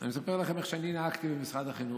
אני מספר לכם איך אני נהגתי במשרד החינוך.